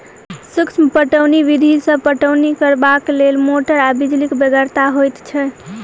सूक्ष्म पटौनी विधि सॅ पटौनी करबाक लेल मोटर आ बिजलीक बेगरता होइत छै